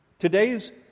Today's